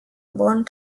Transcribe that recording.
von